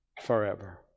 forever